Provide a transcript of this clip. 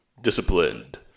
disciplined